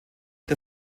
der